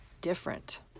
different